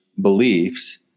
beliefs